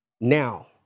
Now